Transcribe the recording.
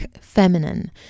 feminine